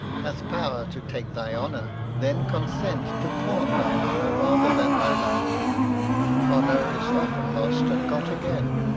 hath power to take thy honor then consent to pawn thine honor rather than thy life honor is often lost and got again,